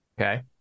Okay